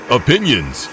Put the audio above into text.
opinions